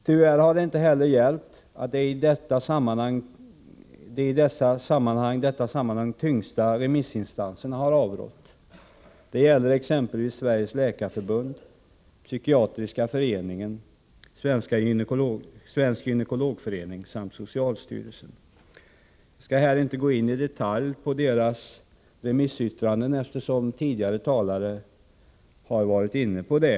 Tyvärr har det inte heller hjälpt att de i detta sammanhang tyngsta remissinstanserna har avrått. Det gäller exempelvis Sveriges Läkarförbund, Psykiatriska föreningen, Svensk Gynekologisk Förening samt socialstyrelsen. Jag skall här inte gå in i detalj på dessa remissyttranden, eftersom tidigare talare har varit inne på saken.